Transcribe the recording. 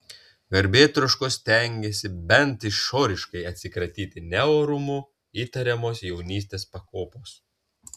garbėtroškos stengėsi bent išoriškai atsikratyti neorumu įtariamos jaunystės pakopos